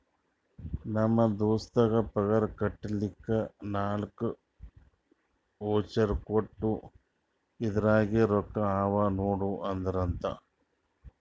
ನಮ್ ದೋಸ್ತಗ್ ಪಗಾರ್ ಕೊಟ್ಟಿಲ್ಲ ನಾಕ್ ವೋಚರ್ ಕೊಟ್ಟು ಇದುರಾಗೆ ರೊಕ್ಕಾ ಅವಾ ನೋಡು ಅಂದ್ರಂತ